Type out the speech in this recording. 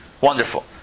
Wonderful